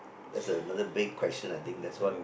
that's another big question I think that's what